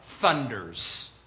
thunders